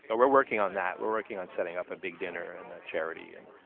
so we're working on that. we're working on setting up a big dinner and charity and